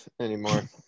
anymore